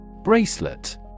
Bracelet